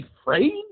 afraid